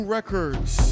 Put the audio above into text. Records